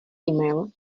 email